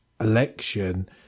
election